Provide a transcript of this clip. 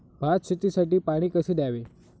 भात शेतीसाठी पाणी कसे द्यावे?